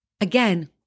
again